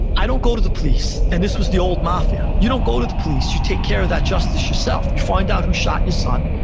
i don't go to the police, and this was the old mafia. you don't go to the police, you take care of that justice yourself. you find out who shot your son,